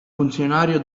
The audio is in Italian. funzionario